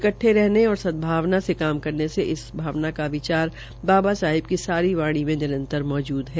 इकट्ठे रहने और सदभावना से काम करने से इस भावना का विचार बाबा साहिब की सारी वाणी में निरंतर मौजूद है